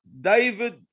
David